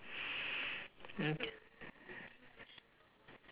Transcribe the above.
okay